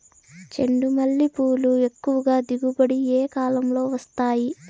చెండుమల్లి పూలు ఎక్కువగా దిగుబడి ఏ కాలంలో వస్తాయి